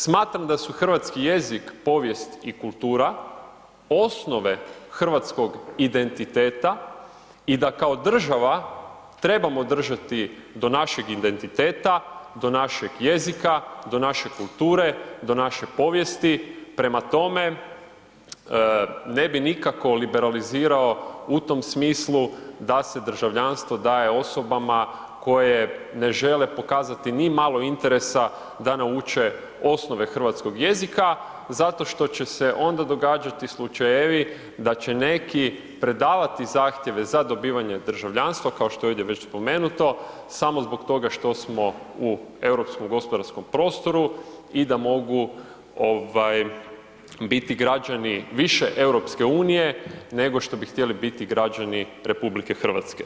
Smatram da su hrvatski jezik, povijest i kultura osnove hrvatskog identiteta i da kao država trebamo držati do našeg identiteta, do našeg jezika, do naše kulture, do naše povijesti prema tome, ne bi nikako liberalizirao u tom smislu da se državljanstvo daje osobama koje ne žele pokazati ni malo interese da nauče osnove hrvatskog jezika zato što će se onda događati slučajevi da će neki predavati zahtjeve za dobivanje državljanstva, kao što je ovdje već spomenuto, samo zbog toga što smo u Europskom gospodarskom prostoru i da mogu biti građani više EU nego što bi htjeli biti građani RH.